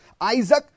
Isaac